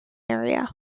area